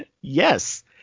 Yes